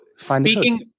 Speaking